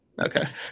okay